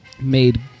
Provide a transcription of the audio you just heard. made